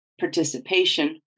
participation